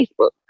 Facebook